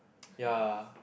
ya